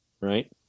right